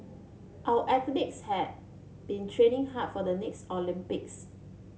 our athletes have been training hard for the next Olympics